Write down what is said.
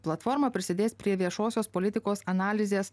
platforma prisidės prie viešosios politikos analizės